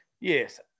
Yes